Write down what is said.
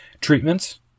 treatments